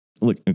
Look